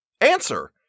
Answer